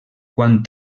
quant